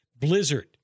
Blizzard